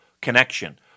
connection